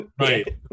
Right